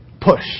push